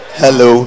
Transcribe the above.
hello